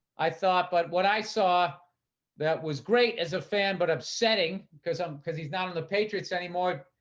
i thought, but what i saw that was great as a fan, but upsetting because, um cause he's not on the patriots anymore,